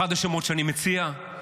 אחד השמות שאני מציע,